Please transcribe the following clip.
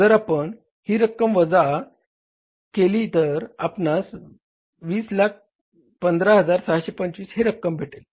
जर आपण ही रक्कम वजा केली तर आपणास 2015625 ही रक्कम भेटेल